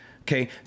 okay